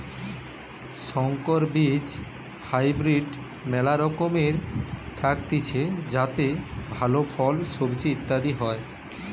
সংকর বীজ হাইব্রিড মেলা রকমের থাকতিছে যাতে ভালো ফল, সবজি ইত্যাদি হয়